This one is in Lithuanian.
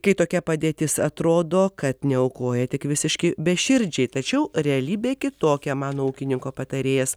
kai tokia padėtis atrodo kad neaukoja tik visiški beširdžiai tačiau realybė kitokia mano ūkininko patarėjas